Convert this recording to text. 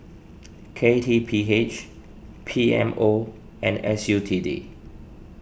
K T P H P M O and S U T D